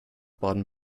baden